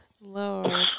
Lord